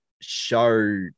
show